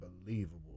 unbelievable